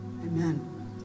Amen